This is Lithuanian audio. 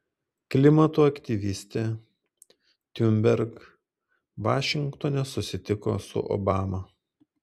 klimato aktyvistė thunberg vašingtone susitiko su obama